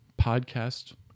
podcast